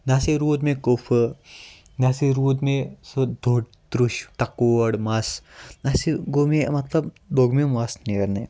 نَہ سے روٗد مےٚ کُفہٕ نَہ سے روٗد مےٚ سُہ دوٚر ترٛوش تَکور مَس نَہ سے گوٚو مےٚ مَطلَب لوٚگ مےٚ مَس نیرنہِ